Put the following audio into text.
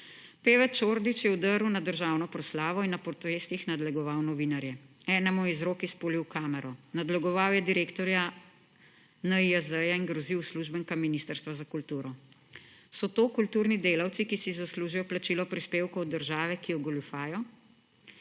Pevec Čordić je vdrl na državno proslavo in na protestih nadlegoval novinarje. Enemu je iz rok izpulil kamero, nadlegoval je direktorja NIJZ in grozil uslužbenkam Ministrstva za kulturo. So to kulturni delavci, ki si zaslužijo plačilo prispevkov od države, ki jo goljufajo?